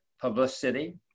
publicity